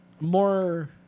more